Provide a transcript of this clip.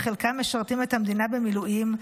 וחלקם משרתים את המדינה במילואים,